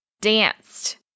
danced